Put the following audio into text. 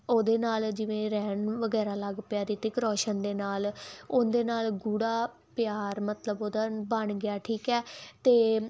ਕਰਸ਼ਨ ਦੇ ਨਾਲ ਉਹਦੇ ਨਾਲ ਗੂੜਾ ਪਿਆਰ ਮਤਲਬ ਉਹਦਾ ਬਣ ਗਿਆ ਠੀਕ ਹ ਤੇ